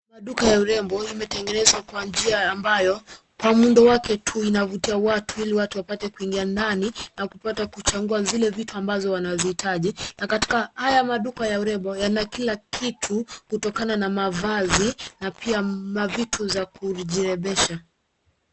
Maduka ya urembo imetengenezwa kwa njia ambayo kwa muundo wake tu inavutia watu ili watu wapate kuingia ndani na kupata kuchagua zile vitu ambazo wanazihitaji. Na katika haya maduka ya urembo yana kila kitu kutokana na mavazi na pia mavitu za kujirembesha.